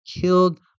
killed